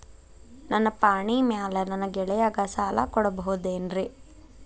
ನನ್ನ ಪಾಣಿಮ್ಯಾಲೆ ನನ್ನ ಗೆಳೆಯಗ ಸಾಲ ಕೊಡಬಹುದೇನ್ರೇ?